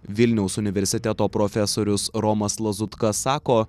vilniaus universiteto profesorius romas lazutka sako